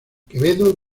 quevedo